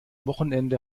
wochenende